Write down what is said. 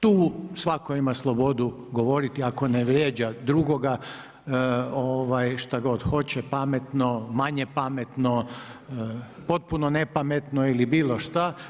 Tu svatko ima slobodu govoriti, ako ne vrijeđa drugoga šta god hoće pametno, manje pametno, potpuno nepametno ili bilo šta.